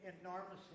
enormously